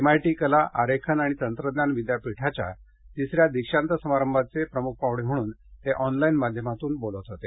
MIT कला आरेखन आणि तंत्रज्ञान विद्यापीठाच्या तिसऱ्या दीक्षांत समारंभाचे प्रमुख पाहुणे म्हणुन ते ऑनलाईन माध्यमातून बोलत होते